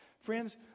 Friends